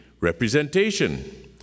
Representation